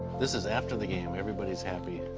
this is after the game. everybody's happy.